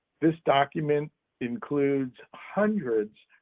this document includes hundreds,